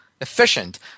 efficient